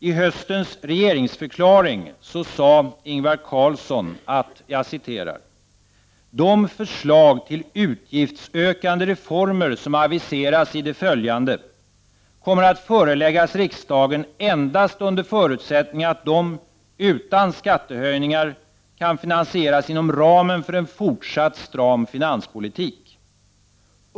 I höstens regeringsförklaring sade statsministern att ”de förslag till utgiftsökande reformer som aviseras i det följande kommer att föreläggas riksdagen endast under förutsättning att de, utan skattehöjningar, kan finansieras inom ramen för en fortsatt stram finanspolitik.